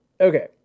Okay